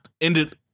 ended